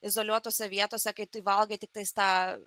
izoliuotose vietose kai tu valgai tiktais tą